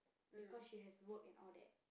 because she has work and all that